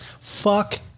Fuck